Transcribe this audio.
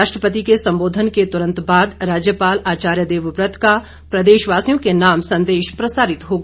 राष्ट्रपति के संबोधन के तुरंत बाद राज्यपाल आचार्य देवव्रत का प्रदेशवासियों के नाम संदेश प्रसारित होगा